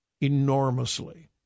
enormously